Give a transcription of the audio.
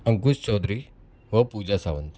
अंकुश चौधरी व पूजा सावंत